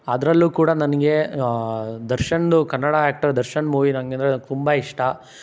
ಅದರಲ್ಲೂ ಕೂಡ ನನಗೆ ದರ್ಶನ್ದು ಕನ್ನಡ ಆ್ಯಕ್ಟರ್ ದರ್ಶನ್ ಮೂವೀ ನನಗೆ ಅಂದರೆ ನನಗೆ ತುಂಬ ಇಷ್ಟ